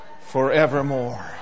forevermore